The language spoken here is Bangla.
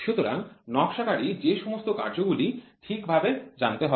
সুতরাং নকশাকারী কে সমস্ত কার্য গুলি ঠিক ভাবে জানতে হবে